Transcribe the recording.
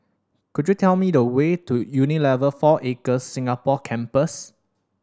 could you tell me the way to Unilever Four Acres Singapore Campus